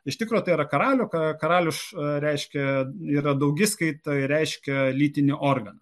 iš tikro tai yra karalių ką karalius reiškia yra daugiskaita ir reiškia lytinį organą